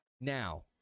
Now